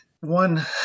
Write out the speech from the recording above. One